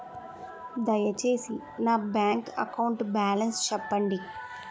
దయచేసి నా bank account balance చెప్పండి